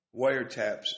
wiretaps